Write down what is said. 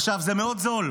זה מאוד זול.